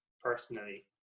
personally